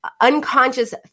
unconscious